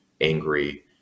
angry